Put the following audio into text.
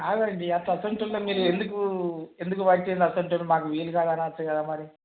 కాదండి అట్లా అసుమంటోళ్ళని మీరు ఎందుకు ఎందుకు అసుమంటోళ్ళని మాకు వీలుకాదు అనచ్చు కదా మరి